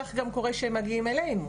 כך גם קורה שהם מגיעים אלינו.